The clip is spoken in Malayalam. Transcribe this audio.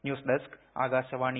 news desk Akashvani